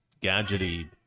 gadgety